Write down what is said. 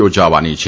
યોજાવાની છે